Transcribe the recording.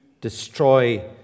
destroy